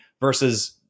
versus